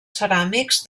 ceràmics